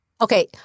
Okay